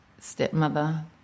stepmother